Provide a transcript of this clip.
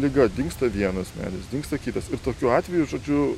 liga dingsta vienas medis dingsta kitas ir tokiu atveju žodžiu